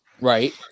right